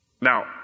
Now